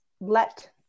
let